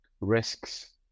risks